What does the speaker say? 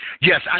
Yes